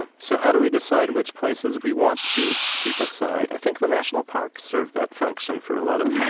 and so how do we decide which places we want to keep aside? i think the national parks serve that function for a lot of people